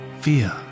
fear